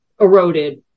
eroded